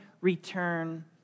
return